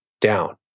down